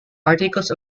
articles